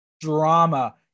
drama